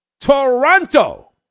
Toronto